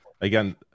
again